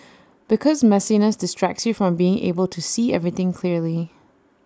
because messiness distracts you from being able to see everything clearly